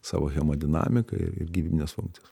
savo hemodinamiką ir gyvybines funkcijas